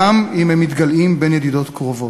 גם אם הם מתגלעים בין ידידות קרובות.